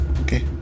Okay